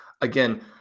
again